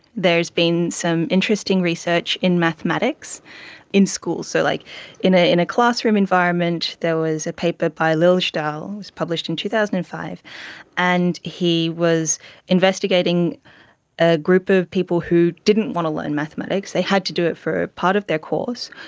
there has been some interesting research in mathematics in schools. so like in ah in a classroom environment there was a paper by liljedahl that was published in two thousand and five and he was investigating a group of people who didn't want to learn mathematics, they had to do it for part of their course,